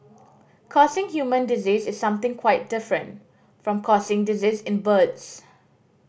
causing human disease is something quite different from causing disease in birds